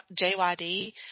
JYD